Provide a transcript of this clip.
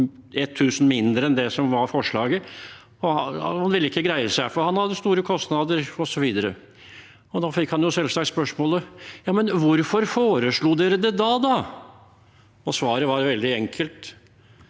1 000 mindre enn det som var forslaget. Han ville ikke greie seg, for han hadde store kostnader, osv. Da fikk han selvsagt spørsmålet: Jammen, hvorfor foreslo dere det da? Svaret var veldig enkelt,